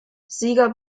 sieger